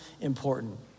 important